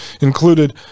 included